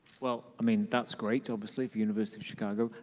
well, i mean, that's great obviously for university of chicago.